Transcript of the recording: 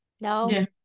No